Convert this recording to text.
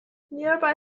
nearby